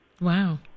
Wow